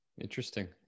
Interesting